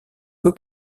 peu